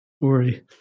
Worry